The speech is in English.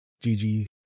Gigi